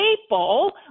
people